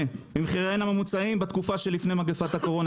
ממחיריהן הממוצעים בתקופה שלפני מגפת הקורונה.